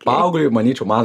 paaugliui manyčiau man